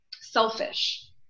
selfish